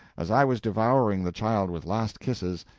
as i was devouring the child with last kisses,